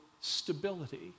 stability